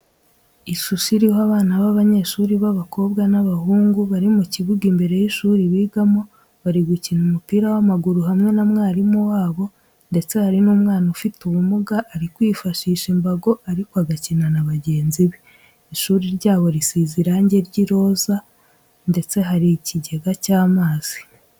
Ishusho iriho abana b'abanyeshuri, abakobwa n'abahungu, bari mu kibuga imbere y'ishuri bigamo, bari gukina umupira w'amaguru hamwe na mwarimu wabo ndeste hari n'umwana ufite ubumuga uri kwifashisha imbago ariko agakina na bagenzi be. Ishuri ryabo risize irangi ry'iroza ndetse hari ikigega cy'amazi.